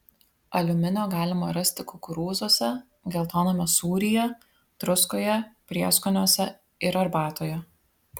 aliuminio galima rasti kukurūzuose geltoname sūryje druskoje prieskoniuose ir arbatoje